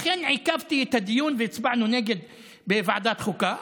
לכן עיכבתי את הדיון והצבענו נגד בוועדת חוקה,